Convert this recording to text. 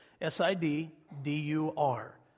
S-I-D-D-U-R